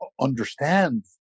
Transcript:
understand